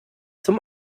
zum